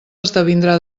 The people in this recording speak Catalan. esdevindrà